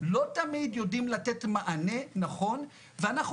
לא תמיד יודעים לתת מענה נכון ואנחנו